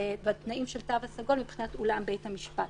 ובתנאים של התו הסגול מבחינת אולם בית המשפט.